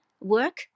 work